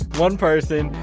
one person.